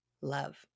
love